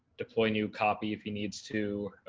deploy new copy if he needs to,